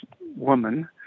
woman